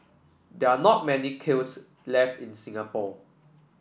there are not many kilns left in Singapore